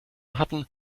hatten